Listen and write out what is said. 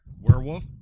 werewolf